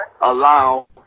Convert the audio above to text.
allow